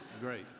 great